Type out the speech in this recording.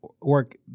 work